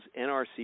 NRC